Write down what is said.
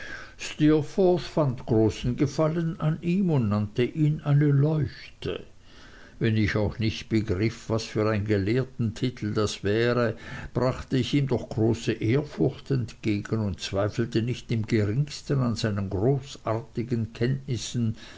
großen gefallen an ihm und nannte ihn eine leuchte wenn ich auch nicht begriff was für ein gelehrtentitel das wäre brachte ich ihm doch große ehrfurcht entgegen und zweifelte nicht im geringsten an seinen großartigen kenntnissen